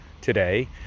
today